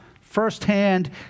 firsthand